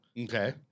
Okay